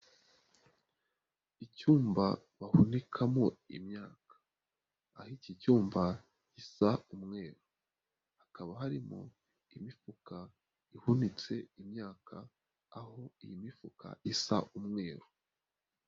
Icyumba bahunikamo imyaka, aho iki cyumba gisa umweru hakaba harimo imifuka ihunitse imyaka aho iyi mifuka isa umweru.